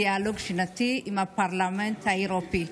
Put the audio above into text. דיאלוג שנתי עם הפרלמנט האירופי.